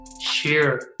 share